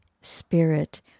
spirit